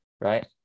right